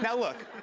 yeah look,